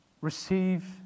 receive